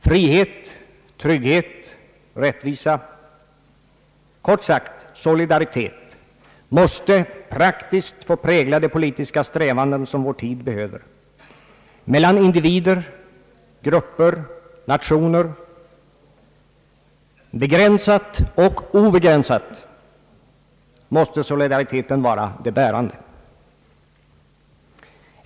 Frihet, trygghet, rättvisa, kort sagt solidaritet, måste praktiskt få prägla de politiska strävanden som vår tid behöver. Mellan individer, grupper, nationer — begränsat och obegränsat — måste solidariteten vara det bärande.